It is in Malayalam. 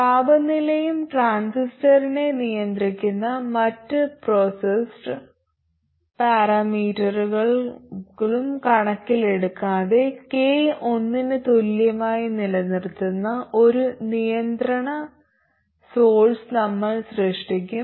താപനിലയും ട്രാൻസിസ്റ്ററിനെ നിയന്ത്രിക്കുന്ന മറ്റ് പ്രോസസ്സ് പാരാമീറ്ററുകളും കണക്കിലെടുക്കാതെ k ഒന്നിന് തുല്യമായി നിലനിർത്തുന്ന ഒരു നിയന്ത്രണ സോഴ്സ് നമ്മൾ സൃഷ്ടിക്കും